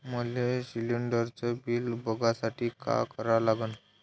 मले शिलिंडरचं बिल बघसाठी का करा लागन?